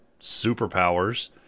superpowers